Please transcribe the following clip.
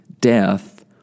death